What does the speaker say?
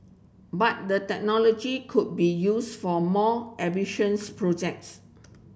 but the technology could be used for more ambitious projects